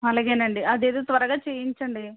అలాగే అండి అది ఏదో త్వరగా చేయించండి